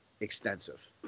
extensive